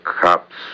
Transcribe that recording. cops